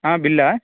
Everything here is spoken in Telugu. బిల్లా